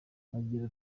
agira